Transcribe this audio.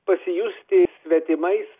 pasijusti svetimais